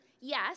Yes